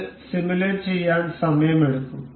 ഇത് സിമുലേറ്റ് ചെയ്യാൻ സമയമെടുക്കും